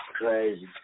Crazy